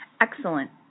Excellent